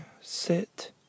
sit